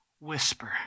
whisper